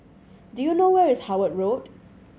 do you know where is Howard Road